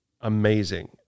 amazing